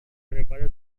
daripada